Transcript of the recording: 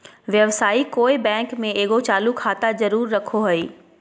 व्यवसायी कोय बैंक में एगो चालू खाता जरूर रखो हइ